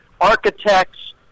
architects